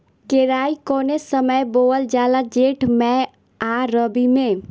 केराई कौने समय बोअल जाला जेठ मैं आ रबी में?